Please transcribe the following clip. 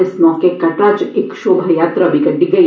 इस मौका कटड़ा च इक शोभा यात्रा बी कड्पी गई